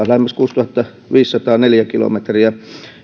lähemmäs kuusituhattaviisisataa neliökilometriä